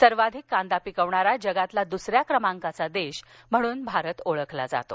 सर्वाधिक कांदा पिकवणारा जगातला दुसऱ्या क्रमांकाचा देश म्हणून भारत ओळखला जातो